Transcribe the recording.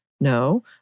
No